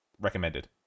Recommended